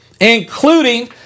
including